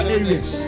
areas